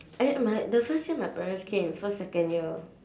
eh my the first year my parents came first second year